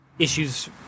issues